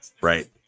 Right